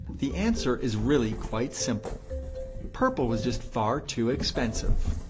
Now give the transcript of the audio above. the answer is really quite simple purple was just far too expensive.